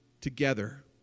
together